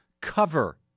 cover